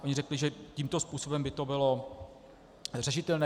Oni řekli, že tímto způsobem by to bylo řešitelné.